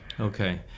Okay